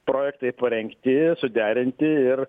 projektai parengti suderinti ir